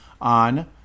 on